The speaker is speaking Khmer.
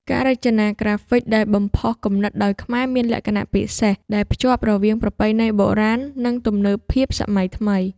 ការរចនាក្រាហ្វិកដែលបំផុសគំនិតដោយខ្មែរមានលក្ខណៈពិសេសដែលភ្ជាប់រវាងប្រពៃណីបុរាណ និងទំនើបភាពសម័យថ្មី